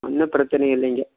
ஒன்றும் பிரச்சனை இல்லைங்க